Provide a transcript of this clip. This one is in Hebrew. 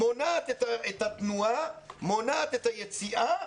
מונעת את התנועה, מונעת את היציאה